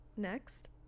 next